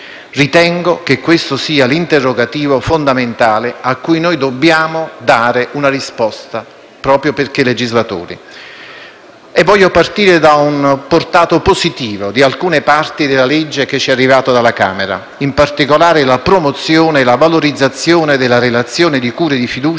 Ritengo che questo sia l'interrogativo fondamentale cui noi dobbiamo dare una risposta proprio perché legislatori. Voglio partire dal portato positivo di alcune parti della legge che ci è arrivata dalla Camera, in particolare la promozione e la valorizzazione della relazione di cura e di fiducia